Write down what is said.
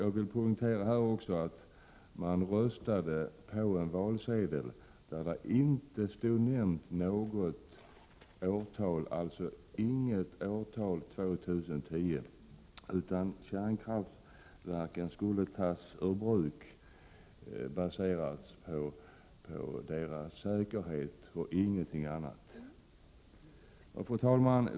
Jag vill då poängtera att det ingenstans på valsedlarna stod att kärnkraften skulle avvecklas före år 2010, utan avvecklingen av kärnkraften skulle baseras på kärnkraftverkens säkerhet och ingenting annat. Fru talman!